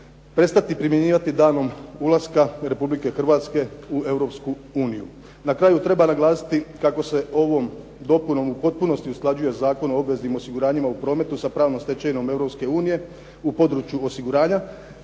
prestati primjenjivati danom ulaska Republike Hrvatske u Europsku uniju. Na kraju treba naglasiti kako se ovom dopunom u potpunosti usklađuje Zakon o obveznim osiguranjima u prometu sa pravnom stečevinom Europske unije u području osiguranja